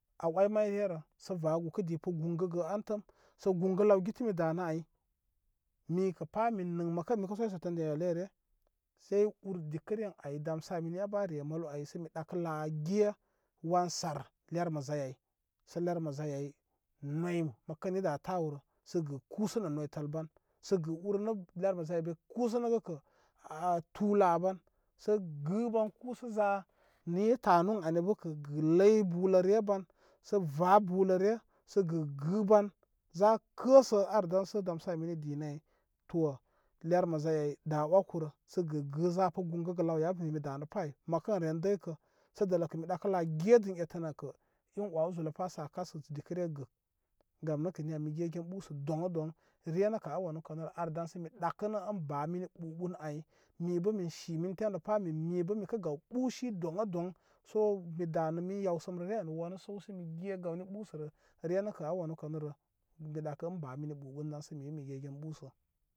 A oy may yeyə sə va dikə di kə gungə gə an təm sə gun gə law giti mi danə ay mikə pa min nəŋ məkan mikə soysə dem yelere say ur dikəre ən ay damsa mini yabə a re maw ay sə mi ɗakə la ge wan sar lərmə zay ay sə lərmə zay ay noy məkən ida tawrə sə gə kusə nə noytəl ban sə gə urnə lermə zay ay mi kusə nəgə kə a tu la ban sə gə wan kusə za ni i tanu ən ani bə kə sə ləy buləre ban sə va buləre sə gə gə ban za kəsə ar ɗaŋ sə damsə mini dinə ay to lermə zayay a wəkurə gə gə za kə gungəgə law yabə mi danə pa ay məkən re dəykə sə dələkə mi ɗakə la ange dən ettən ankə in wəw zulə pa sə an kasərə dikəre gək gam nəkə niya mi gegen ɓusə doŋ a doŋ renə kə a wanu kanu rə ar daysə ɗakənə in ba mini ɓuɓun ay mibə min shi min temlə pa min mibə mikə gaw ɓushi doŋ a doŋ so mi danə min yawsəmrəre an wanə səw sə mi ge gawni ɓusərə re nəkə a wanəkanrə bi ɗakə ən ba mini ɓuɓun daŋsə mige ɓusə.